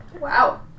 Wow